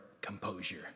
composure